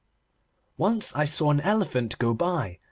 once i saw an elephant go by.